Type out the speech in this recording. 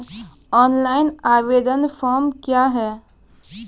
Online आवेदन form क्या हैं?